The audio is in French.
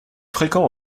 fréquent